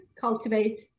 cultivate